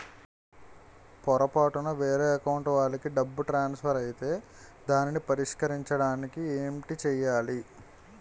పొరపాటున వేరే అకౌంట్ వాలికి డబ్బు ట్రాన్సఫర్ ఐతే దానిని పరిష్కరించడానికి ఏంటి చేయాలి?